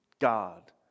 God